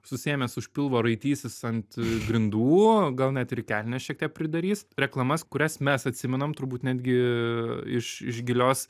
susiėmęs už pilvo raitysis ant grindų gal net ir į kelnes šiek tiek pridarys reklamas kurias mes atsimenam turbūt netgi iš iš gilios